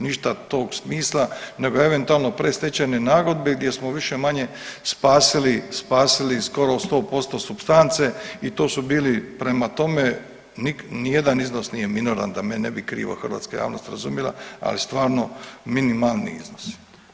Ništa od tog smisla nego eventualno predstečajne nagodbe gdje smo više-manje spasili, spasili 100% supstance i to su bili, prema tome ni jedan izlaz nije minoran da me ne bi krivo hrvatska javnost razumjela, ali stvarno minimalni iznosi.